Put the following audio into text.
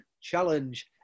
Challenge